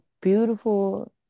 beautiful